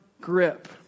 grip